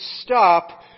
stop